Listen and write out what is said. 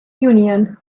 union